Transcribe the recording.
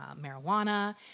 marijuana